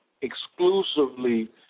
exclusively